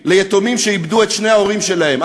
ליתומים שאיבדו את שני ההורים שלהם,